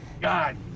God